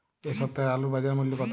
এ সপ্তাহের আলুর বাজার মূল্য কত?